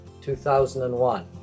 2001